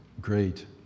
great